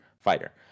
fighter